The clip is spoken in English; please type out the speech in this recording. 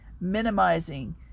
minimizing